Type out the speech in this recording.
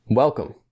Welcome